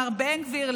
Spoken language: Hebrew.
לאיתמר בן גביר,